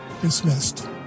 dismissed